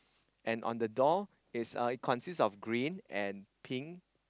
and on the door is uh it consist of green and pink